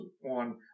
one